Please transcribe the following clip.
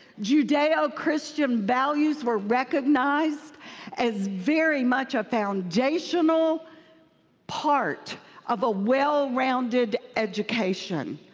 judeo-christian values were recognized as very much a foundational part of a well-rounded education.